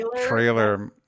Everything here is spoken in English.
Trailer